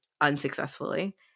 unsuccessfully